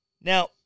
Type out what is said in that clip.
Now